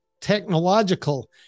technological